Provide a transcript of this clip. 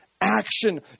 action